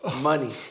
money